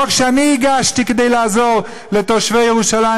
חוק שאני הגשתי כדי לעזור לתושבי ירושלים